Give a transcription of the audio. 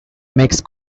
mix